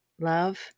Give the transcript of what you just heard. Love